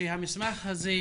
המסמך הזה,